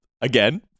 Again